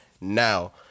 Now